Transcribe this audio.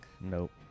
nope